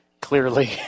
clearly